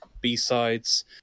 B-sides